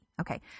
okay